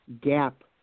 gap